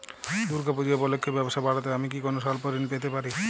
দূর্গা পূজা উপলক্ষে ব্যবসা বাড়াতে আমি কি কোনো স্বল্প ঋণ পেতে পারি?